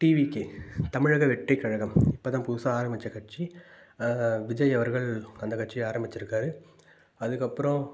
TVK தமிழக வெற்றிக்கழகம் இப்போதான் புதுசாக ஆரம்பித்த கட்சி விஜய் அவர்கள் அந்த கட்சியை ஆரம்பிச்சுருக்காரு அதுக்கப்புறம்